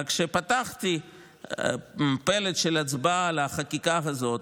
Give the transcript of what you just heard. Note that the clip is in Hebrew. אלא כשפתחתי פלט של הצבעה על החקיקה הזאת,